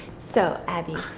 so, abby.